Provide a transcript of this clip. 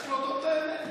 צריך להודות על האמת.